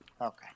Okay